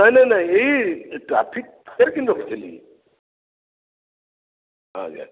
ନାଇ ନାଇ ନାଇ ଏଇ ଟ୍ରାଫିକ୍ ରଖିଥିଲି ଆଜ୍ଞା